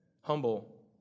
Humble